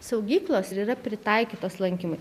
saugyklos yra pritaikytos lankymui